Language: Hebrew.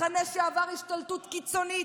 מחנה שעבר השתלטות קיצונית,